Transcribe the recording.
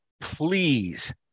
please